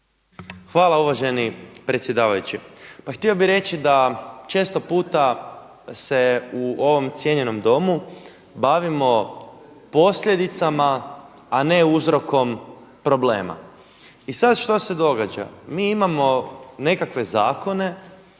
Hvala uvaženi predsjedavajući. Pa htio bih reći da često puta se u ovom cijenjenom Domu bavimo posljedicama, a ne uzrokom problema. I sada što se događa? Mi imamo nekakve zakone